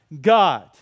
God